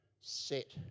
set